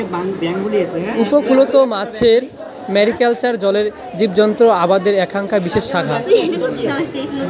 উপকূলত মাছের আবাদ বা ম্যারিকালচার জলের জীবজন্ত আবাদের এ্যাকনা বিশেষ শাখা